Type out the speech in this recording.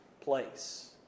place